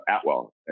Atwell